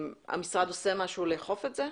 המשרד עושה משהו לאכוף את זה?